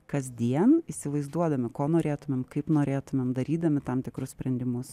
kasdien įsivaizduodami ko norėtumėm kaip norėtumėm darydami tam tikrus sprendimus